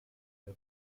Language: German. der